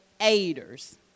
aiders